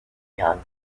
yang